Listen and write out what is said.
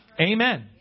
Amen